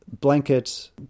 blanket